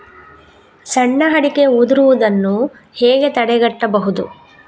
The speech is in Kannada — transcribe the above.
ಸಣ್ಣ ಅಡಿಕೆ ಉದುರುದನ್ನು ಹೇಗೆ ತಡೆಗಟ್ಟಬಹುದು?